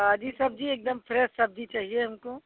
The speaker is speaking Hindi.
ताज़ी सब्ज़ी एकदम फ्रेस सब्ज़ी चाहिए हमको